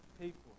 people